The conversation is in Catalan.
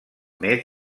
més